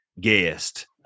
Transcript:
guest